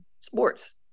sports